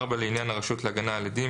לעניין הרשות להגנה על עדים,